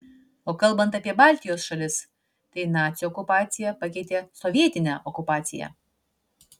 o kalbant apie baltijos šalis tai nacių okupacija pakeitė sovietinę okupaciją